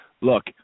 look